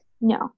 no